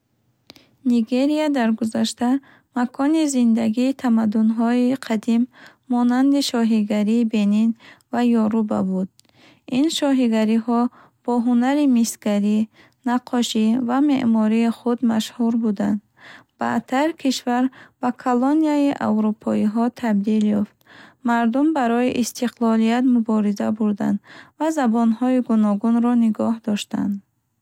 Нигерия дар гузашта макони зиндагии тамаддунҳои қадим, монанди шоҳигарии Бенин ва Йоруба буд. Ин шоҳигариҳо бо ҳунари мисгарӣ, наққошӣ ва меъмории худ машҳур буданд. Баъдтар кишвар ба колонияи аврупоиҳо табдил ёфт. Мардум барои истиқлолият мубориза бурданд ва забонҳои гуногунро нигоҳ доштанд.